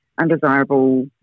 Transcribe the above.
undesirable